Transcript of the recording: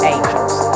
Angels